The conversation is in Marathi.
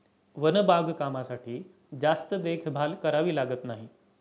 वन बागकामासाठी जास्त देखभाल करावी लागत नाही